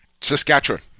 Saskatchewan